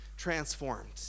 Transformed